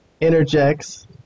interjects